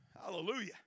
Hallelujah